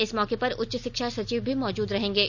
इस मौके पर उच्च षिक्षा सचिव भी मौजूद रहेंगे